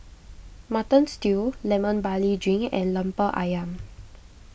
Mutton Stew Lemon Barley Drink and Lemper Ayam